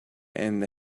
and